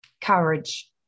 courage